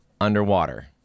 underwater